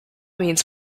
means